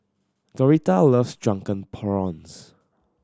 Doretha loves Drunken Prawns